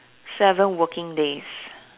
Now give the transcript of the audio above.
seven working days